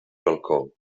balcó